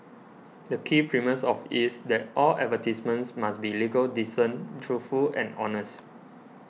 the key premise of is that all advertisements must be legal decent truthful and honest